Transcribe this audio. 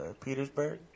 Petersburg